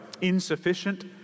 insufficient